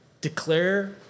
Declare